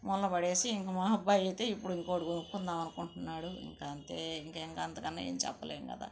మూలన పడేసి ఇంకా మా అబ్బాయి అయితే ఇంకొకటి కొనుకుందామని అనుకుంటున్నాడు ఇంకా అంతే ఇంకా అంతకన్నా ఏం చెప్పలేము కదా